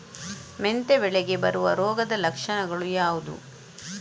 ಮೆಂತೆ ಬೆಳೆಗೆ ಬರುವ ರೋಗದ ಲಕ್ಷಣಗಳು ಯಾವುದು?